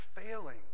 failing